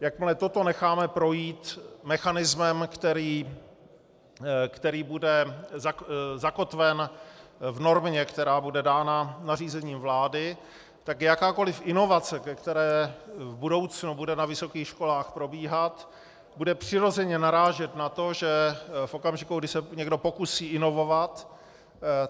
Jakmile toto necháme projít mechanismem, který bude zakotven v normě, která bude dána nařízením vlády, tak jakákoliv inovace, která v budoucnu bude na vysokých školách probíhat, bude přirozeně narážet na to, že v okamžiku, kdy se někdo pokusí inovovat,